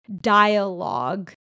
dialogue